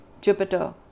Jupiter